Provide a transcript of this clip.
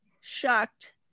shocked